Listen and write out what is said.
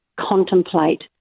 contemplate